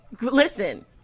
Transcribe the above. listen